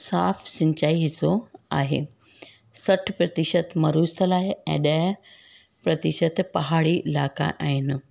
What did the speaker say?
साफ़ु सिंचाई हिसो आहे सठि प्रतिशत मरूस्थल आहे ऐं ॾह प्रतिशत पहाड़ी इलाइक़ा आहिनि